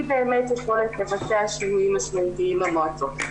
באמת יכולת לבצע שינויים משמעותיים במועצות.